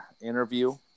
interview